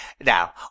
now